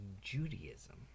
Judaism